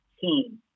team